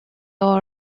all